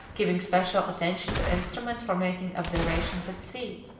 giving special attention to instruments for making observations at sea.